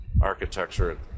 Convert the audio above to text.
architecture